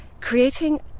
creating